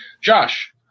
Josh